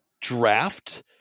draft